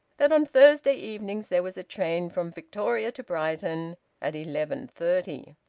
that on thursday evenings there was a train from victoria to brighton at eleven-thirty.